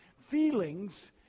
Feelings